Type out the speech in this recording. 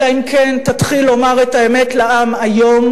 אלא אם כן תתחיל לומר את האמת לעם היום.